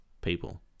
people